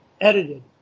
edited